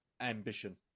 ambition